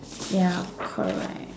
ya correct